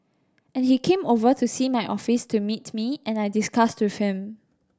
and he came over to see my office to meet me and I discussed with him